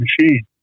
machine